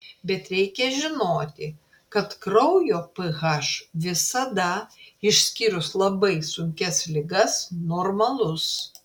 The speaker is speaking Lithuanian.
bet reikia žinoti kad kraujo ph visada išskyrus labai sunkias ligas normalus